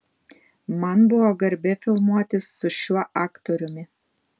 man buvo garbė filmuotis su šiuo aktoriumi